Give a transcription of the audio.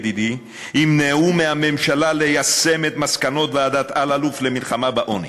ידידי ימנעו מהממשלה ליישם את מסקנות ועדת אלאלוף למלחמה בעוני.